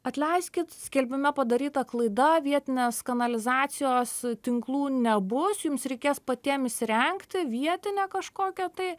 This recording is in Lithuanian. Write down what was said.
atleiskit skelbime padaryta klaida vietinės kanalizacijos tinklų nebus jums reikės patiem įsirengti vietinę kažkokią tai